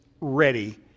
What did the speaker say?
ready